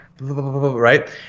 right